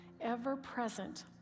ever-present